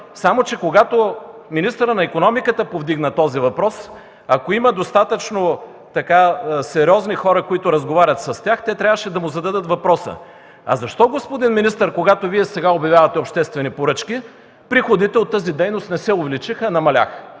Само че, когато министърът на икономиката повдигна този въпрос, ако има достатъчно сериозни хора, които разговарят с тях, те трябваше да му зададат въпроса: „А защо, господин министър, когато Вие сега обявявате обществени поръчки, приходите от тази дейност не се увеличиха, а намаляха?!”